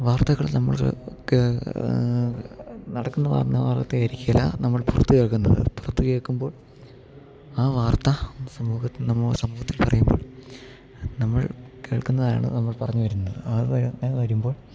വാർത്തകൾ നമ്മൾ ഒരു കേ നടക്കുന്ന വന്ന വാർത്തയാരിക്കേല നമ്മൾ പുറത്ത് കേൾക്കുന്നത് പുറത്ത് കേൾക്കുമ്പോൾ ആ വാർത്ത സമൂഹത്തിൽ നമ്മൾ സമൂഹത്തിൽ പറയുമ്പോൾ നമ്മൾ കേൾക്കുന്നതാണ് നമ്മൾ പറഞ്ഞു വരുന്നത് അത് വരുമ്പോൾ